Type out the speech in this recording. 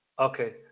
Okay